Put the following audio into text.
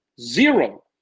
Zero